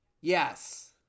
Yes